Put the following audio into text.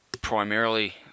primarily